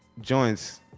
joints